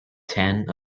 ten